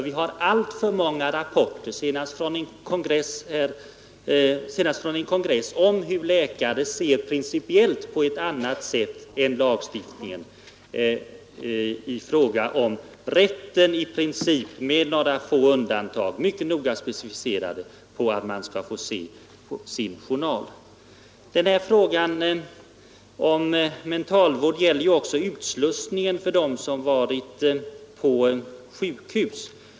Vi har alltför många rapporter, senast från en konferens nyligen, om att vissa läkare principiellt ser på ett annat sätt än lagstiftningen på rätten för patienten att få se sin journal Frågorna om mentalvården gäller också utslussningen av dem som är intagna på sjukhus.